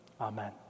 Amen